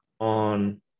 on